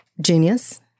Genius